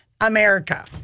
America